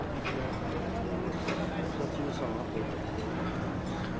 कृपया मेरो सचिवसँग बैठक तय गर्नुहोस्